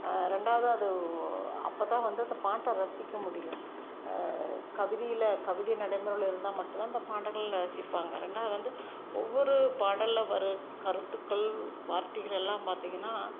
ரெண்டாவது அது அப்போ தான் வந்து அதை பாட்டை ரசிக்க முடியும் கவிதையில் கவிதை நடைமுறையில் இருந்தால் மட்டும் தான் அந்த பாடல்களை ரசிப்பாங்கள் ரெண்டாவது வந்து ஒவ்வொரு பாடல்ல வர்ற கருத்துக்கள் வார்த்தைகளெல்லாம் பார்த்திங்கன்னா